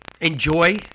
Enjoy